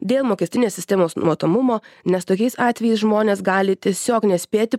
dėl mokestinės sistemos matomumo nes tokiais atvejais žmonės gali tiesiog nespėti